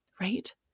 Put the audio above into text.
Right